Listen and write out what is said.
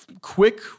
quick